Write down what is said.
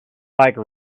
bike